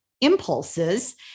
impulses